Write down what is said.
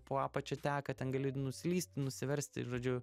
po apačia teka ten gali nuslysti nusiversti žodžiu